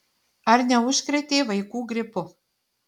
ar neužkrėtei vaikų gripu